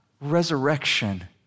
resurrection